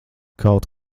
kaut